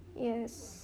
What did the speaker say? yes